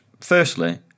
firstly